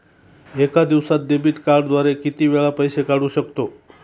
एका दिवसांत डेबिट कार्डद्वारे किती वेळा पैसे काढू शकतो?